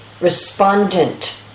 respondent